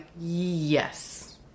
yes